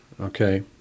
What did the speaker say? Okay